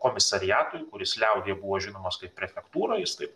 komisariatui kuris liaudyje buvo žinomas kaip prefektūra jis taip